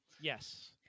Yes